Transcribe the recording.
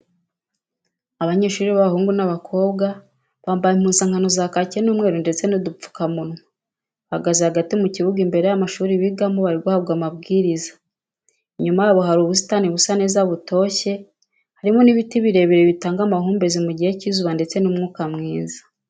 Abanyeshuri b'abahungu n'abakobwa bambaye impuzankano za kaki n'umweru ndetse n'udupfukamunwa, bahagaze hagati mu kibuga imbere y'amashuri bigamo bari guhabwa amabwiriza. Inyuma yabo hari ubusitani busa neza butoshye, harimo n'ibiti birebire bitanga amahumbezi mu gihe cy'izuba ndetse n'umwuka mwiza.